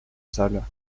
sale